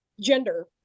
gender